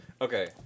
Okay